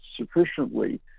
sufficiently